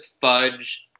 fudge